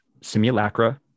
Simulacra